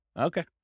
Okay